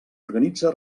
organitza